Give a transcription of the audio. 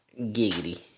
Giggity